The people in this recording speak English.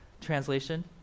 Translation